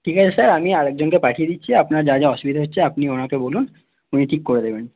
ঠিক আছে স্যার আমি আরেকজনকে পাঠিয়ে দিচ্ছি আপনার যা যা অসুবিধা হচ্ছে আপনি ওনাকে বলুন উনি ঠিক করে দেবেন